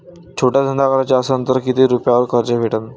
छोटा धंदा कराचा असन तर किती रुप्यावर कर्ज भेटन?